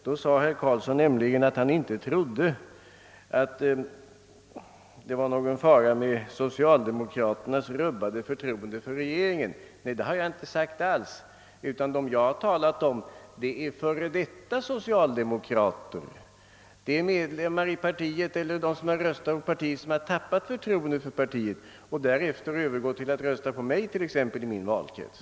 Då sade herr Carlsson att han inte trodde att det var någon fara med socialdemokraternas rubbade förtroende för regeringen. Nej, något sådant har jag inte heller påstått. Vad jag har talat om är före detta socialdemokrater, alltså medlemmar i partiet eller personer som har röstat på partiet men som nu har tappat förtroendet för det och därefter övergått till att rösta t.ex. på mig i min valkrets.